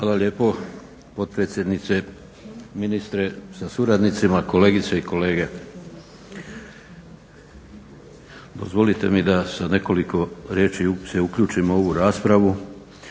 Hvala lijepo. Potpredsjednice, ministre sa suradnicima, kolegice i kolege. Dozvolite mi da se sa nekoliko riječi uključim u ovu raspravu